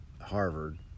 Harvard